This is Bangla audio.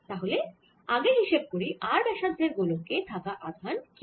তাহলে আগে হিসেব করি r ব্যাসার্ধের গোলকে থাকা আধান q